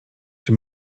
czy